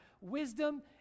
Wisdom